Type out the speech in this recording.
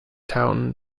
taunton